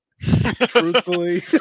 Truthfully